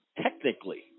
Technically